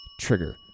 Trigger